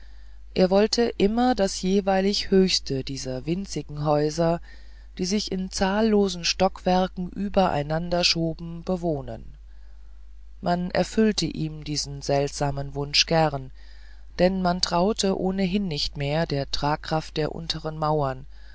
er wollte immer das jeweilig höchste dieser winzigen häuser die sich in zahllosen stockwerken über einander schoben bewohnen man erfüllte ihm diesen seltsamen wunsch gerne denn man traute ohnehin nicht mehr der tragkraft der unteren mauern